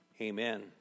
Amen